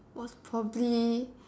was probably